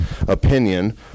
opinion